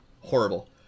horrible